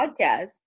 podcast